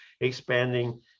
expanding